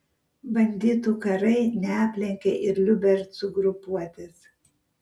banditų karai neaplenkė ir liubercų grupuotės